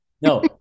No